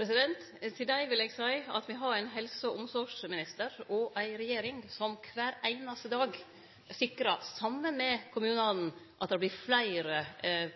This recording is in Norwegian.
Til dei vil eg seie at me har ein helse- og omsorgsminister og ei regjering som kvar einaste dag, saman med kommunane, sikrar at det vert fleire